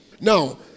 now